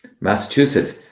Massachusetts